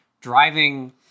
driving